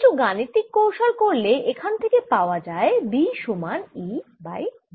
কিছু গাণিতিক কৌশল করলে এখান থেকে পাওয়া যায় B সমান E বাই v